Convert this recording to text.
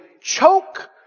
choke